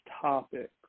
topics